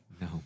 No